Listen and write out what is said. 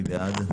מי בעד?